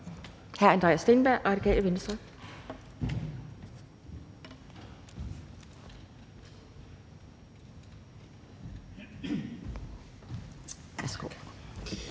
hr. Andreas Steenberg, Radikale Venstre.